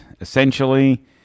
essentially